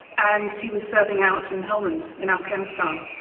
and he was serving out in helmand in afghanistan,